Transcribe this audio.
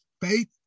faith